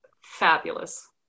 fabulous